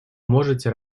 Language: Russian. можете